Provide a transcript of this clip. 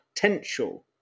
potential